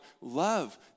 love